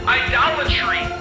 idolatry